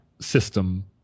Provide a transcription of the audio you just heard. system